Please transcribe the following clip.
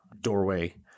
doorway